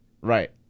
Right